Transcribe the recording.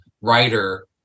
writer